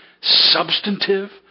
substantive